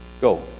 go